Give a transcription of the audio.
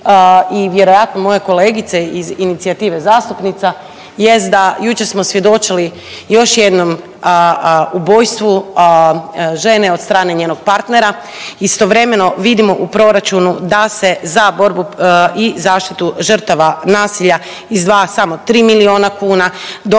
i vjerojatno moje kolegice iz inicijative zastupnica jest da jučer smo svjedočili još jednom ubojstvu žene od strane njenog partnera. Istovremeno vidimo u proračunu da se za borbu i zaštitu žrtava nasilja izdvaja samo 3 milijuna kuna dok